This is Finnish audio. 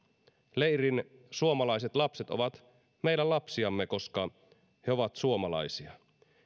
leirin suomalaiset lapset ovat meidän lapsiamme koska he ovat suomalaisia